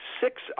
six